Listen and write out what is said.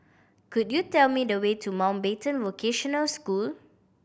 could you tell me the way to Mountbatten Vocational School